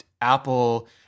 Apple